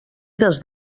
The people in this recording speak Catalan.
des